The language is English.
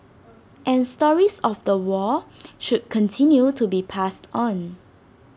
and stories of the war should continue to be passed on